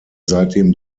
seitdem